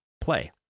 play